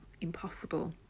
impossible